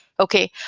okay?